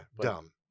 dumb